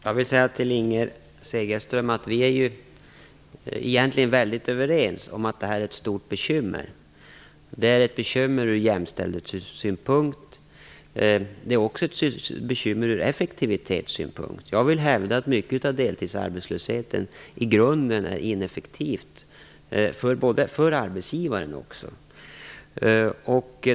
Fru talman! Inger Segelström och jag är egentligen väldigt överens om att det här är ett stort bekymmer. Det är ett bekymmer ur jämställdhetssynpunkt, men det är också ett bekymmer ur effektivitetssynpunkt. Jag vill hävda att mycket av deltidsarbetslösheten i grunden är ineffektivt också för arbetsgivaren.